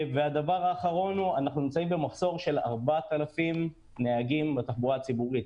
הדבר האחרון הוא שאנחנו נמצאים במחסור של 4,000 נהגים בתחבורה הציבורית.